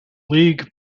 league